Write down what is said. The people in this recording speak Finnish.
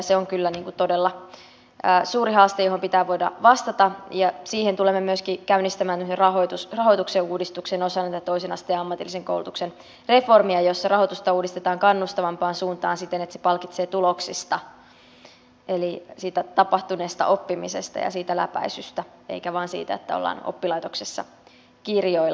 se on kyllä todella suuri haaste johon pitää voida vastata ja siihen tulemme myöskin käynnistämään tämmöisen rahoituksen uudistuksen osana tätä toisen asteen ammatillisen koulutuksen reformia jossa rahoitusta uudistetaan kannustavampaan suuntaan siten että se palkitsee tuloksista eli siitä tapahtuneesta oppimisesta ja siitä läpäisystä eikä vain siitä että ollaan oppilaitoksessa kirjoilla